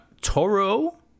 Toro